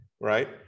right